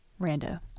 Rando